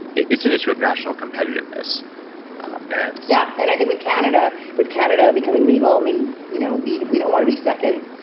it's an issue of national competitiveness and yeah, and i think with canada with canada becoming legal, you know we and we don't want to be second.